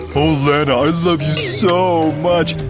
oh lana, i love you so much,